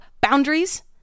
Boundaries